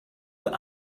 were